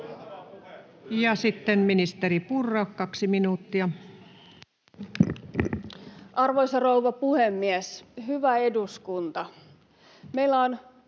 Ja sitten ministeri Purra, kaksi minuuttia. Arvoisa rouva puhemies, hyvä eduskunta!